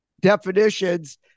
definitions